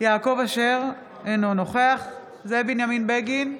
יעקב אשר, אינו נוכח זאב בנימין בגין,